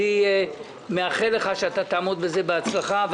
אני מאחל לך שתעמוד בזה בהצלחה.